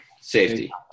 safety